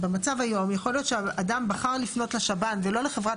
במצב היום יכול להיות שאדם בחר לפנות לשב"ן ולא לחברת